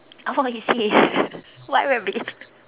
oh you see what rabbit